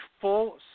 full